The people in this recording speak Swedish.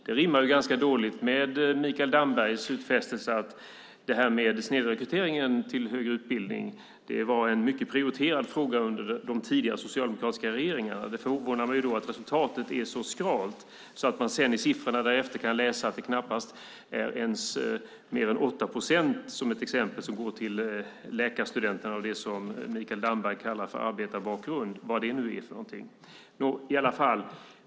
Det rimmar ganska dåligt med Mikael Dambergs utfästelse att snedrekryteringen till högre utbildning var en mycket prioriterad fråga under de tidigare, socialdemokratiska regeringarna. Det förvånar mig då att resultatet är så skralt att man sedan i siffrorna som ett exempel kan läsa att det inte är mer än knappt 8 procent av läkarstudenterna som är av det Mikael Damberg kallar arbetarbakgrund - vad det nu är för någonting.